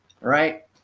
right